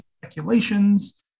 speculations